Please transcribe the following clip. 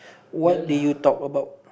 what did you talk about